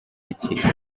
y’ikiruhuko